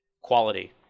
quality